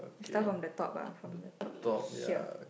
we start from the top ah from the top here